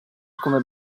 come